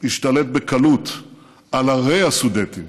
השתלט בקלות על ערי הסודטים